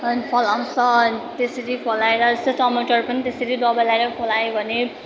अनि फलाउँछ अनि त्यसरी फलाएर जस्तै टमाटर पनि त्यसरी दबाई लगाएर फलायो भने